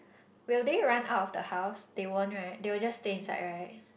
will they run out of the house they won't right they will just stay inside right